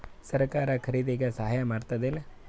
ಸರಕಾರ ಖರೀದಿಗೆ ಸಹಾಯ ಮಾಡ್ತದೇನು?